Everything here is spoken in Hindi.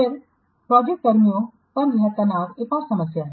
फिर प्रोजेक्ट कर्मियों पर यह तनाव एक और समस्या है